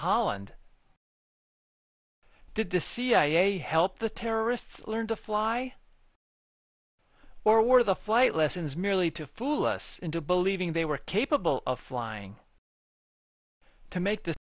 holland did the cia help the terrorists learn to fly or were the flight lessons merely to fool us into believing they were capable of flying to make the